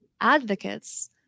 advocates